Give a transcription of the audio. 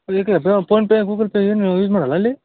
ಈ ಕಡೆ PhonePe Google Pay ಏನು ಯೂಸ್ ಮಾಡಲ್ಲ ಇಲ್ಲಿ